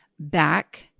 back